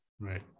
Right